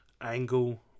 Angle